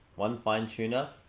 one fine tuner.